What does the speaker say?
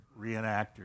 reenactors